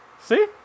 See